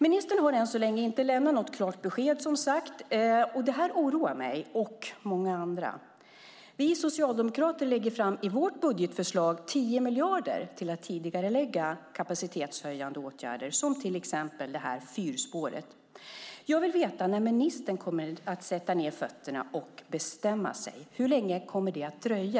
Ministern har än så länge inte lämnat något klart besked, som sagt. Det oroar mig och många andra. Vi socialdemokrater lägger i vårt budgetförslag fram 10 miljarder för att tidigarelägga kapacitetshöjande åtgärder, som till exempel det här fyrspåret. Jag vill veta när ministern kommer att sätta ned fötterna och bestämma sig. Hur länge kommer det att dröja?